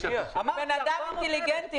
בן אדם אינטליגנטי,